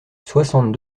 soixante